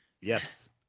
Yes